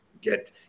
get